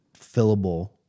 fillable